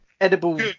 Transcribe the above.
edible